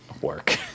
work